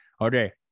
Okay